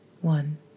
one